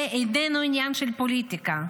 זה איננו עניין של פוליטיקה,